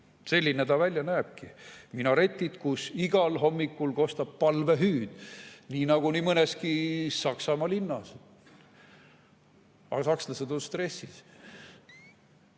selline ta välja näebki: minaretid, kust igal hommikul kostab palvehüüd, nii nagu nii mõneski Saksamaa linnas. Aga sakslased on stressis,